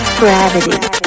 Gravity